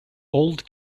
old